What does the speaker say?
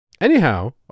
anyhow